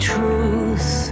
truth